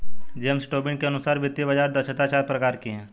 James Tobin के अनुसार वित्तीय बाज़ार दक्षता चार प्रकार की है